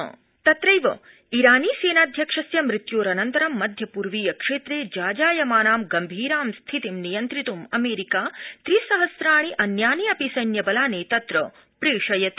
America तत्रैव ईरानी सेनाध्यक्षस्य मृत्योरन्तरं मध्यपूर्वीयक्षेत्रे जाजायमानां गभीराम् स्थिति नियन्त्रित्ं अमेरिका त्रि सहम्राणि अन्यानि अपि सैन्यबलानि तत्र प्रेषयति